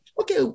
Okay